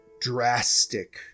drastic